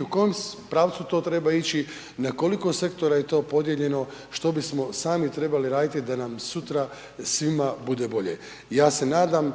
u kojem pravcu to treba ići, na koliko sektora je to podijeljeno, što bismo sami trebali raditi da nam sutra svima bude bolje. Ja se nadam